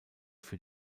für